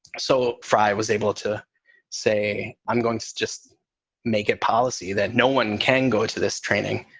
so frye was able to say, i'm going to just make it policy that no one can go to this training.